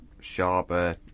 sharper